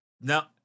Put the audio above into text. now